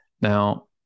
Now